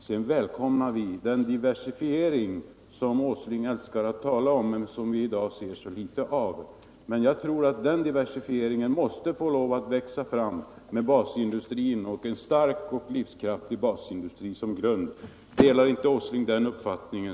Sedan välkomnar vi den diversifiering som herr Åsling älskar att tala om men som vi i dag ser mycket litet av. Jag tror att den diversifieringen måste få växa fram med en stark och livskraftig basindustri som grund. Delar inte herr Åsling den uppfattningen?